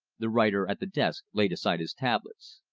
the writer at the desk laid aside his tablets.